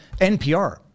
NPR